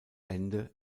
ende